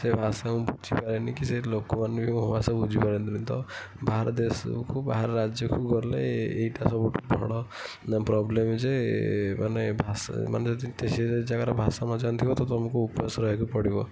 ସେ ଭାଷା ମୁଁ ବୁଝିପାରେନି କି ସେ ଲୋକମାନେ ବି ମୋ ଭାଷା ବୁଝିପାରନ୍ତିନି ତ ବାହାର ଦେଶକୁ ବାହାର ରାଜ୍ୟକୁ ଗଲେ ଏ ଏଇଟା ସବୁଠୁ ବଡ଼ ନା ପ୍ରୋବ୍ଲେମ୍ ଯେ ମାନେ ଭାଷା ମାନେ ଯଦି ତ ସେ ଜାଗାର ଭାଷା ନଜାଣିଥିବ ତ ତୁମକୁ ଉପାସ ରହିବାକୁ ପଡ଼ିବ